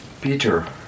Peter